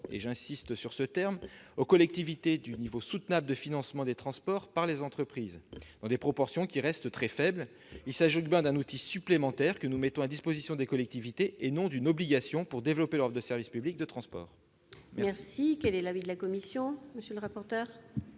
j'insiste sur ce mot -aux collectivités de déterminer le niveau soutenable de financement des transports par les entreprises, dans des proportions qui restent très faibles. Il s'agit bien d'un outil supplémentaire que nous mettons à disposition des collectivités- et non d'une obligation -pour développer leur offre de service public de transports. Quel est l'avis de la commission ? Je regrette